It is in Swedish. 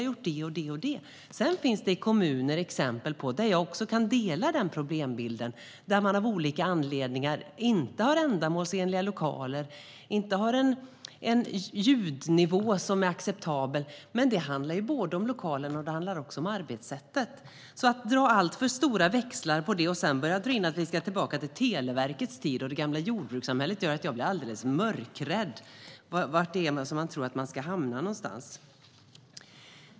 Sedan finns det en problembild i vissa kommuner där man av olika anledningar inte har ändamålsenliga lokaler eller en acceptabel ljudnivå. Men det handlar inte bara om lokalerna utan också om arbetssättet. Ni drar alltför stora växlar på detta, och när ni sedan drar in att ni ska tillbaka till Televerkets tid och det gamla jordbrukssamhället gör mig alldeles mörkrädd. Var vill ni att vi ska hamna någonstans?